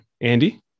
Andy